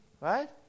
right